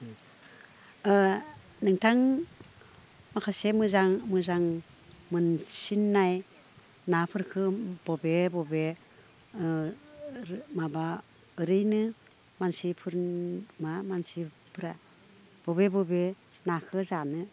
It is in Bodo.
नोंथां माखासे मोजां मोजां मोनसिननाय नाफोरखौ बबे बबे माबा ओरैनो मानसिफोरनो मा मानसिफोरा बबे बबे नाखो जानो